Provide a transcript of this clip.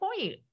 point